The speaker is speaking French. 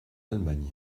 allemagne